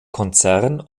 konzern